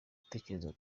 gutekereza